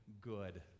good